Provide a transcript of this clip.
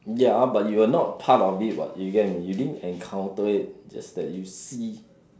ya but you were not part of it what you get what I mean you didn't encounter it just that you see